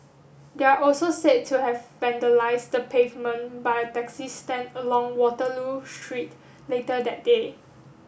they are also said to have vandalized the pavement by a taxi stand along Waterloo Street later that day